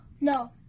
No